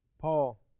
Paul